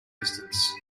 distance